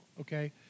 Okay